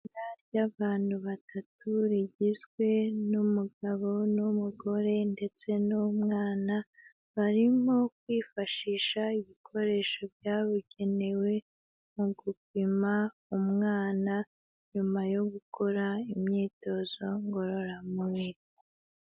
Itsinda ry'abantu batatu rigizwe n'umugabo n'umugore ndetse n'umwana, barimo kwifashisha ibikoresho byabugenewe mu gupima umwana nyuma yo gukora imyitozo ngororamubiri.